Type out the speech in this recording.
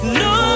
no